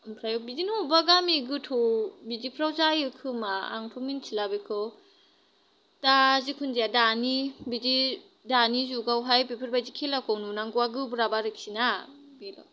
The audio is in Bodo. आमफ्राय बिदिनो अबेबा गामि गोथौ बिदिफ्राव जायो खोमो आंथ' मिनथिला बेखौ दा जिखुनु जाया दानि बिदि दानि जुगावहाय बेफोरबायदि खेलाखौ नुनांगौवा गोब्राब आरोखि ना